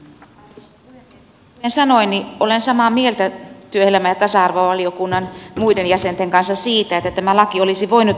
kuten sanoin niin olen samaa mieltä työelämä ja tasa arvovaliokunnan muiden jäsenten kanssa siitä että tämä laki olisi voinut olla tiukempi